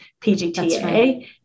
PGTA